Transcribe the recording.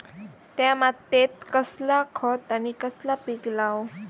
त्या मात्येत कसला खत आणि कसला पीक लाव?